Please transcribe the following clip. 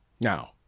Now